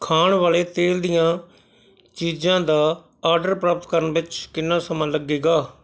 ਖਾਣ ਵਾਲੇ ਤੇਲ ਦੀਆਂ ਚੀਜ਼ਾਂ ਦਾ ਆਡਰ ਪ੍ਰਾਪਤ ਕਰਨ ਵਿੱਚ ਕਿੰਨਾ ਸਮਾਂ ਲੱਗੇਗਾ